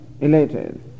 elated